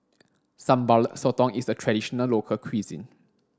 Sambal Sotong is a traditional local cuisine